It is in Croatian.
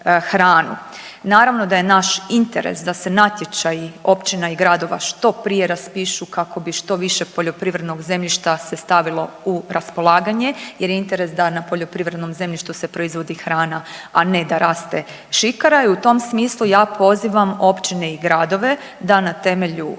hranu. Naravno da je naš interes da se natječaji općina i gradova što prije raspišu kako bi što više poljoprivrednog zemljišta se stavilo u raspolaganje jer je interes da na poljoprivrednom zemljištu se proizvodi hrana, a ne da raste šikara i u tom smislu ja pozivam općine i gradove da na temelju